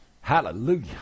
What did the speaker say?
Hallelujah